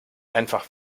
einfach